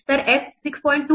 तर f 6